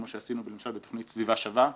כמו שעשינו במשרד לתכנית סביבה שווה,